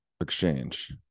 exchange